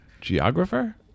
Geographer